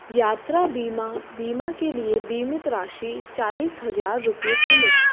यात्रा बीमा बीमा के लिए बीमित राशि चालीस हजार रुपये चुनें